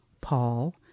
Paul